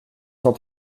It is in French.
cent